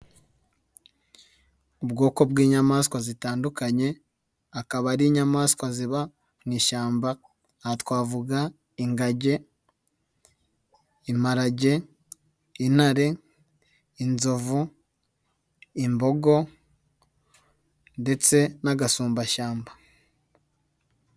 Ubwoko bw'inyamaswa zitandukanye, akaba ari inyamaswa ziba mu ishyamba, aha twavuga ingage, imparage, intare, inzovu, imbogo, ndetse n'agasumbashyamba.